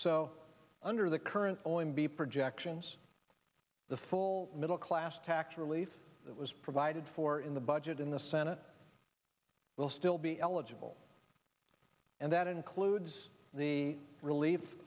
so under the current only to be projections the full middle class tax relief that was provided for in the budget in the senate will still be eligible and that includes the relief